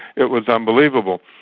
it was unbelievable.